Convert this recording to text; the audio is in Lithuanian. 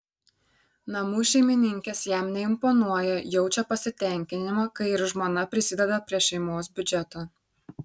namų šeimininkės jam neimponuoja jaučia pasitenkinimą kai ir žmona prisideda prie šeimos biudžeto